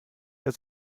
der